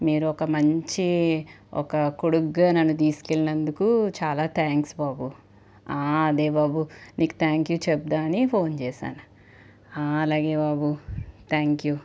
మీరొక మంచి ఒక కొడుగ్గా నన్ను తీసుకెళ్ళినందుకు చాలా థ్యాంక్స్ బాబు అదే బాబు నీకు థ్యాంక్ యూ చెప్తామని ఫోన్ చేశాను అలాగే బాబు థ్యాంక్ యూ